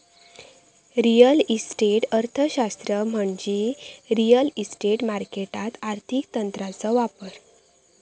real estate अर्थशास्त्र म्हणजे real estate मार्केटात आर्थिक तंत्रांचो वापर